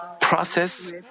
process